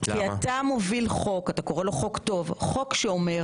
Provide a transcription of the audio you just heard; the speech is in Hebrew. כי אתה מוביל חוק אתה קורא לו חוק טוב שאומר,